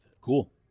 cool